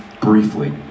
briefly